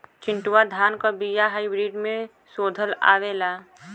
चिन्टूवा धान क बिया हाइब्रिड में शोधल आवेला?